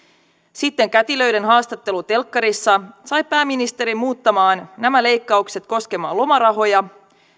sitten kätilöiden haastattelu telkkarissa sai pääministerin muuttamaan nämä leikkaukset koskemaan lomarahoja